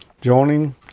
Joining